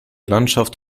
landschaft